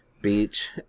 beach